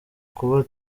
kuba